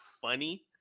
funny